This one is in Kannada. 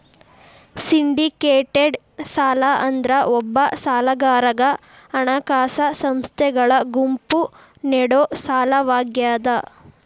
ಸಿಂಡಿಕೇಟೆಡ್ ಸಾಲ ಅಂದ್ರ ಒಬ್ಬ ಸಾಲಗಾರಗ ಹಣಕಾಸ ಸಂಸ್ಥೆಗಳ ಗುಂಪು ನೇಡೊ ಸಾಲವಾಗ್ಯಾದ